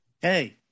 Hey